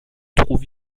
trouve